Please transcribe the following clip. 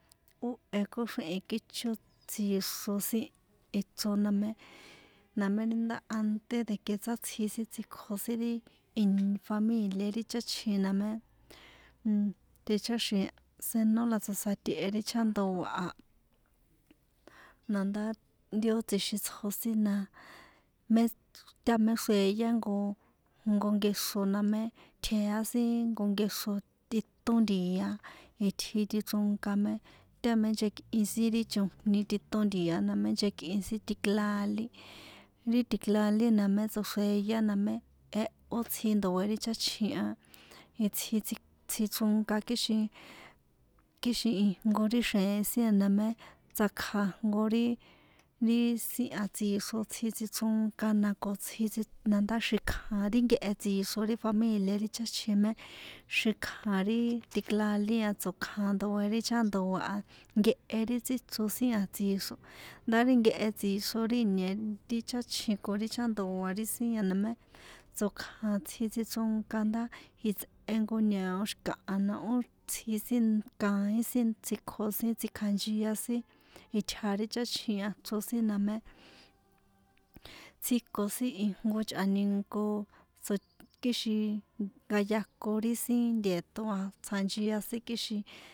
Ó e kóxrihi̱n kícho tsixro sin ichro na mé na mé nda ante de que sátsji sin tsikjo ri ìn familia ri cháchjin na mé nn ticháxi̱n senó la tso̱sátehe ri chajandoa a na ndá ri ó tsjixin itsjo sin na mé tá mé xreyá ijnko ijnko nkexro na mé tjea sin jnko nkexro tꞌitón ntia itji tichronka mé tá mé nchekín sin ri chojni titon ntia na mé nchekꞌin sin tiklalí ri tikjalí na mé tsoxreyá na mé jehó tsji ndoe ri cháchjin a itsji itsj tsichronka kixin kixin ijnko ri xjeen sin na mé tsakja jnko ri ri sin an tsixro tsji tsichronka na ko tsjí tsi na ndá xíkjan ri nkehe tsixro ri famìlié ri cháchjin mé xíkjan ri tikjalí tsokjan ndoe ri chajandoa a nkehe ri tsíchro a tsixro nda ri nkehe tsixro ri ìnie ti cháchjin ko ri chajandoa na mé tsokjan itsji tsichronka ndá jitsꞌe jnko ñao xi̱kaha na ó tsji sin kaín sin tsikjo sin tsikjanchia sin itja ri cháchjin a na ichro sin mé tsjiko sin ijnko chꞌa̱ninko tso kixin nkayakon ri sin nteṭo a tsjachia sin kixin.